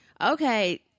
Okay